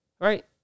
right